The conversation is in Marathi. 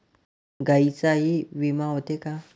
गायींचाही विमा होते का?